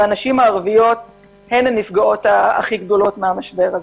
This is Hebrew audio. והנשים הערביות הן הנפגעות הכי גדולות מהמשבר הזה.